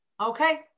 okay